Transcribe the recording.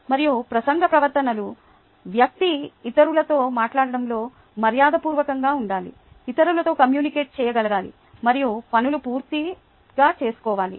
మరియు ప్రసంగ ప్రవర్తనలు వ్యక్తి ఇతరులతో మాట్లాడటంలో మర్యాదపూర్వకంగా ఉండాలి ఇతరులతో కమ్యూనికేట్ చేయగలగాలి మరియు పనులు పూర్తి చేస్కోవాలి